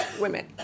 women